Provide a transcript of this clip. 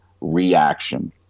reaction